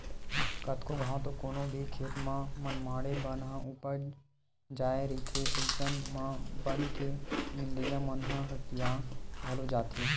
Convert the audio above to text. कतको घांव तो कोनो भी खेत म मनमाड़े बन ह उपज जाय रहिथे अइसन म बन के नींदइया मन ह हकिया घलो जाथे